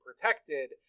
protected